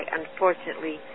unfortunately